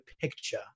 picture